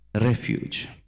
refuge